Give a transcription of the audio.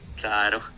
Claro